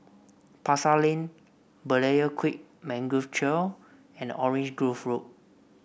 Pasar Lane Berlayer Creek Mangrove Trail and Orange Grove Road